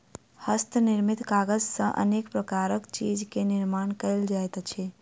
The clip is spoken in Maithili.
हस्त निर्मित कागज सॅ अनेक प्रकारक चीज के निर्माण कयल जाइत अछि